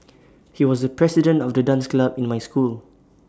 he was the president of the dance club in my school